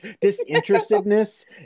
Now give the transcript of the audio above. Disinterestedness